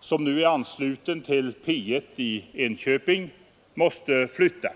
som nu är ansluten till P 1 i Enköping, måste flytta.